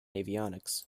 avionics